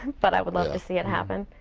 but i would love to see it happen.